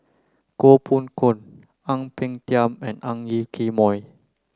Koh Poh Koon Ang Peng Tiam and Ang Yoke Mooi